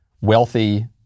Wealthy